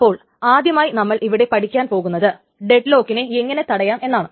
അപ്പോൾ ആദ്യമായി നമ്മൾ ഇവിടെ പഠിക്കാൻ പോകുന്നത് ഡെഡ്ലോക്കിനെ എങ്ങനെ തടയാം എന്നതാണ്